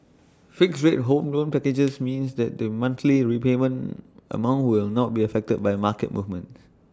fixed rate home loan packages means that the monthly repayment amount will not be affected by market movements